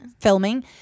filming